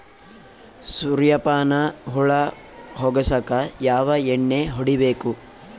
ಸುರ್ಯಪಾನ ಹುಳ ಹೊಗಸಕ ಯಾವ ಎಣ್ಣೆ ಹೊಡಿಬೇಕು?